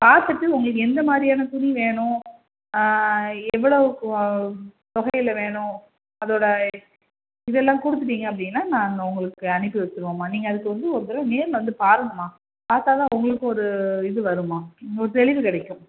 பார்த்துட்டு உங்களுக்கு எந்த மாதிரியான துணி வேணும் ஆ எவ்வளோக்கு தொகையில் வேணும் அதோடய இதெல்லாம் கொடுத்துட்டீங்க அப்படின்னா நாங்கள் உங்களுக்கு அனுப்பி வச்சுருவோம்மா நீங்கள் அதுக்கு வந்து ஒரு தடவை நேரில் வந்து பாருங்கம்மா பார்த்தாதான் உங்களுக்கும் ஒரு இது வரும்மா ஒரு தெளிவு கிடைக்கும்